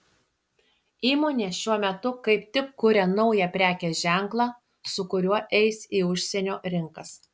įmonė šiuo metu kaip tik kuria naują prekės ženklą su kuriuo eis į užsienio rinkas